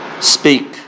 speak